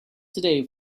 today